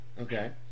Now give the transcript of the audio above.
Okay